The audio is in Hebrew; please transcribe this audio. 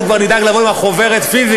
אנחנו כבר נדאג לבוא עם החוברת פיזית,